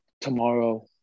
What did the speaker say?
tomorrow